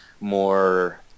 more